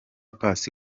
paccy